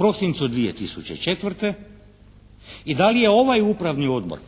prosincu 2004., i da li je ovaj upravni odbor,